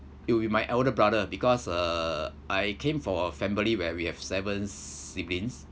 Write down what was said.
it will be my elder brother because uh I came from a family where we have seven siblings